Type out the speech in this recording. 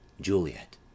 Juliet